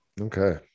okay